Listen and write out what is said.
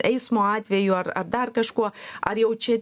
eismo atveju ar ar dar kažkuo ar jau čia